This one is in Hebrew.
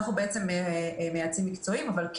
אבל,